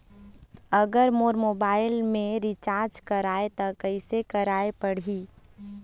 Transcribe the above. अगर मोर मोबाइल मे रिचार्ज कराए त कैसे कराए पड़ही?